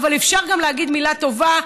אבל אפשר גם להגיד מילה טובה,